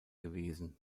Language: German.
gewesen